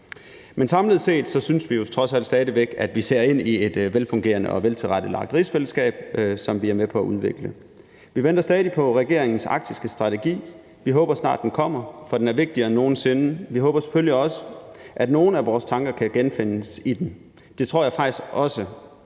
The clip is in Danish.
Men samlet set synes vi trods alt stadig væk, at vi ser ind i et velfungerende og veltilrettelagt rigsfællesskab, som vi er med på at udvikle. Vi venter stadig på regeringens arktiske strategi. Vi håber snart, den kommer, for den er vigtigere end nogen sinde. Vi håber selvfølgelig også, at nogle af vores tanker kan genfindes i den. Det tror jeg faktisk også